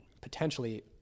potentially